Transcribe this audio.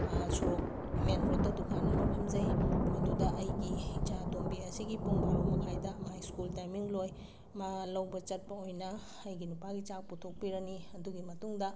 ꯁꯣꯔꯣꯛ ꯃꯦꯟ ꯔꯣꯠꯇ ꯗꯨꯀꯥꯟ ꯑꯃ ꯐꯝꯖꯩ ꯃꯗꯨꯗ ꯑꯩꯒꯤ ꯏꯆꯥ ꯑꯇꯣꯝꯕꯤ ꯑꯁꯤꯒꯤ ꯄꯨꯡ ꯕꯥꯔꯣ ꯃꯈꯥꯏꯗ ꯃꯥ ꯁ꯭ꯀꯨꯜ ꯇꯥꯏꯃꯤꯡ ꯂꯣꯏ ꯃꯥ ꯂꯧꯕ ꯆꯠꯄ ꯑꯣꯏꯅ ꯑꯩꯒꯤ ꯅꯨꯄꯥꯒꯤ ꯆꯥꯛ ꯄꯨꯊꯣꯛ ꯄꯤꯔꯅꯤ ꯑꯗꯨꯒꯤ ꯃꯇꯨꯡꯗ